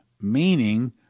meaning